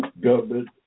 government